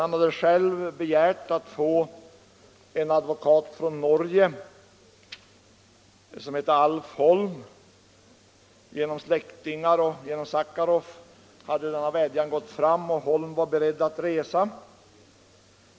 Han hade själv begärt att få en advokat från Norge som heter Alf Holm. Genom släktingar och Andrei Sacharov hade denna vädjan gått fram och Alf Holm var beredd att resa.